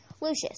Lucius